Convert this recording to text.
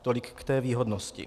Tolik k té výhodnosti.